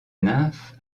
nymphe